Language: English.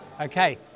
Okay